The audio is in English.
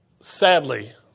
Sadly